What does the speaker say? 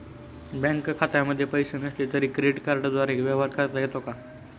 Bank खात्यामध्ये पैसे नसले तरी क्रेडिट कार्डद्वारे व्यवहार करता येतो का?